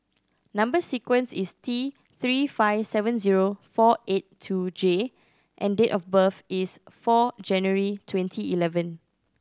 number sequence is T Three five seven zero four eight two J and date of birth is four January twenty eleven